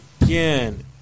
Again